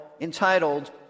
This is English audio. entitled